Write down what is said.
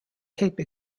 tape